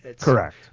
Correct